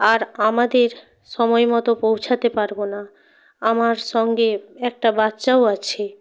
আর আমাদের সময়মতো পৌঁছাতে পারব না আমার সঙ্গে একটা বাচ্চাও আছে